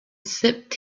sipped